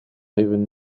even